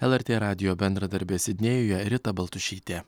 lrt radijo bendradarbė sidnėjuje rita baltušytė